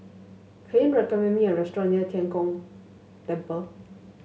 can you recommend me a restaurant near Tian Kong Temple